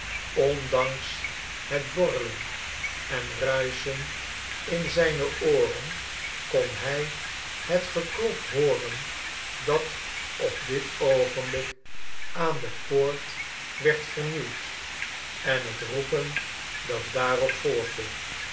ondanks het borrelen en ruischen in zijne ooren kon hi het geklop hooren dat op dit oogenblik aan de poort werd vernieuwd en het roepen dat daarop volgde